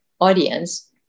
audience